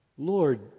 Lord